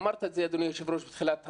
אמרת את זה, אדוני היושב-ראש בתחילת הדיון.